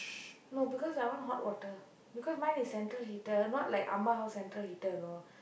no because I want hot water because mine is central heater not like அம்மா:ammaa house central heater you know